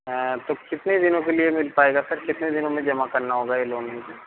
हाँ सर कितने दिनों के लिए मिल पाएगा सर कितने दिनों में जमा करना होगा ये लोन मुझे